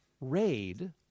raid